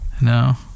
No